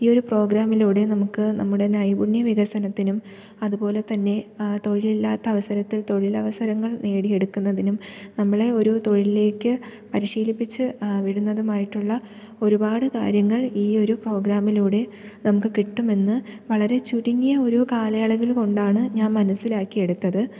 ഈ ഒരു പ്രോഗ്രാമിലൂടെ നമുക്ക് നമ്മുടെ നൈപുണ്യ വികസനത്തിനും അതുപോലെതന്നെ തൊഴിലില്ലാത്ത അവസരത്തിൽ തൊഴിലവസരങ്ങൾ നേടിയെടുക്കുന്നതിനും നമ്മളെ ഒരു തൊഴിലിലേക്ക് പരിശീലിപ്പിച്ച് വിടുന്നതുമായിട്ടുള്ള ഒരുപാട് കാര്യങ്ങൾ ഈയൊരു പ്രോഗ്രാമിലൂടെ നമുക്ക് കിട്ടുമെന്ന് വളരെ ചുരുങ്ങിയ ഒരു കാലയളവിൽ കൊണ്ടാണ് ഞാൻ മനസ്സിലാക്കി എടുത്തത്